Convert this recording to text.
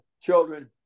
children